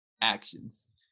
actions